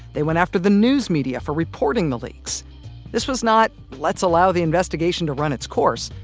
they went after the news media for reporting the leaks this was not let's allow the investigation to run its course.